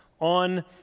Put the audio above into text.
on